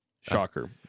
Shocker